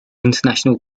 international